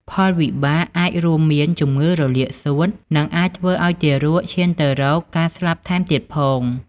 ផលវិបាកអាចរួមមានជំងឺរលាកសួត និងអាចធ្វើឱ្យទារកឈានទៅរកការស្លាប់ថែមទៀតផង។